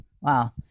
Wow